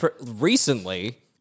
recently